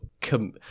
come